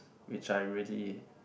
which I really